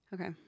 Okay